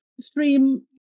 stream